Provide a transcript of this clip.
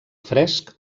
fresc